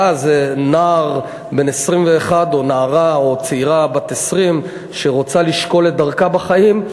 ואז נער בן 21 או נערה או צעירה בת 20 שרוצה לשקול את דרכה בחיים,